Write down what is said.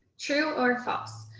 true or false.